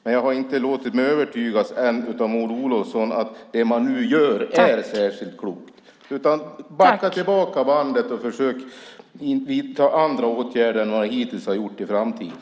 Men jag har inte än låtit mig övertygas av Maud Olofsson att det man nu gör är särskilt klokt. Man borde backa tillbaka och försöka vidta andra åtgärder än de man hittills har gjort i framtiden.